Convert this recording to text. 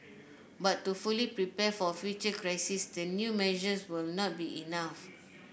but to fully prepare for future crises the new measures will not be enough